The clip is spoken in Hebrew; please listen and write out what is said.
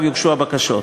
שאליו יוגשו הבקשות,